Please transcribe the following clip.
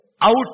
out